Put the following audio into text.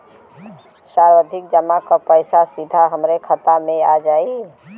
सावधि जमा क पैसा सीधे हमरे बचत खाता मे आ जाई?